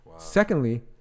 Secondly